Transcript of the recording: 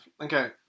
Okay